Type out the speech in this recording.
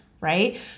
right